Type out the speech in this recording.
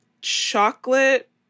chocolate